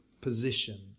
position